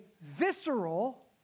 visceral